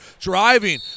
driving